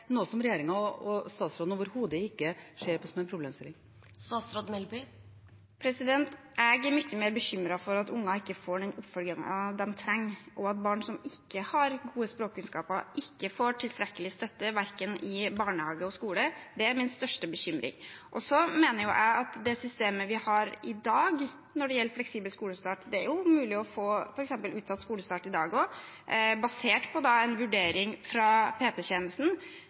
noe som regjeringen og statsråden overhodet ikke ser på som en problemstilling? Jeg er mye mer bekymret for at unger ikke får den oppfølgingen de trenger. At barn som ikke har gode språkkunnskaper, ikke får tilstrekkelig støtte i barnehage og skole, er min største bekymring. Så mener jeg at det systemet vi har i dag når det gjelder fleksibel skolestart – det er jo mulig å få f.eks. utsatt skolestart i dag også, basert på en vurdering fra